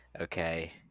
okay